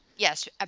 Yes